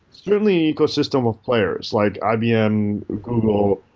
certainly, ecosystem of players, like ibm, google,